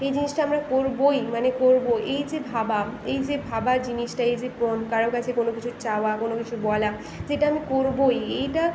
এই জিনিসটা আমরা করবই মানে করব এই যে ভাবা এই যে ভাবা জিনিসটা এই যে পণ কারো কাছে কোনো কিছু চাওয়া কোনো কিছু বলা যে এটা আমি করবই এটা